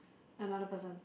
another person